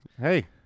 Hey